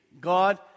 God